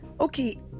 Okay